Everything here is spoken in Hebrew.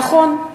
נכון,